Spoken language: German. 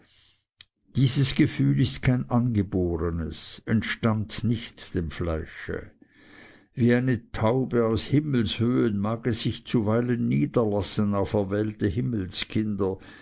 dieses gefühl ist kein angebornes entstammt nicht dem fleische wie eine taube aus den himmelshöhen mag es sich zuweilen niederlassen auf erwählte